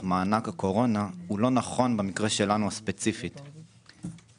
מענק הקורונה הוא לא נכון במקרה הספציפי שלנו,